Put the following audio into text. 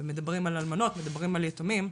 מדברים על אלמנות, מדברים על יתומים.